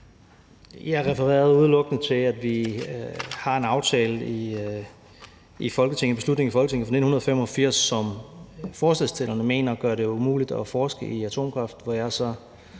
Jeg refererede udelukkende til, at vi har et beslutningsforslag fra 1985, som forslagsstillerne mener gør det umuligt at forske i atomkraft, hvilket jeg så